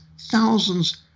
thousands